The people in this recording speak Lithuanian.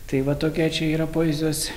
tai va tokia čia yra poezijos